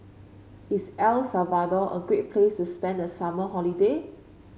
is El Salvador a great place to spend the summer holiday